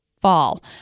fall